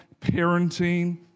parenting